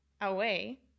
away